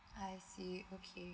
I see okay